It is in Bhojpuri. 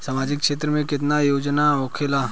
सामाजिक क्षेत्र में केतना योजना होखेला?